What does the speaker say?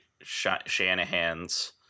Shanahan's